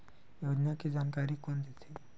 योजना के जानकारी कोन दे थे?